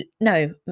no